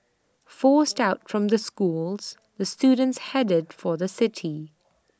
forced out from the schools the students headed for the city